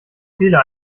fehler